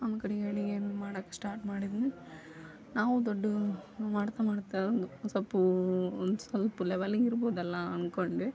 ನಾನು ಕಡೆಗೆ ಅಡುಗೆಯನ್ನು ಮಾಡೋಕೆ ಸ್ಟಾರ್ಟ್ ಮಾಡಿದ್ದನ್ನ ನಾವು ದೊಡ್ಡದು ಮಾಡ್ತಾ ಮಾಡ್ತಾ ಒಂದು ಸ್ವಲ್ಪ ಒಂದು ಸ್ವಲ್ಪ ಲೆವೆಲ್ಲಿಗೆ ಇರ್ಬೋದಲ್ಲ ಅಂದ್ಕೊಂಡೆ